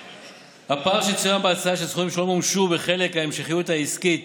הפער שצוין בהצעה של סכומים שלא מומשו בחלק ההמשכיות העסקית